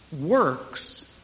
works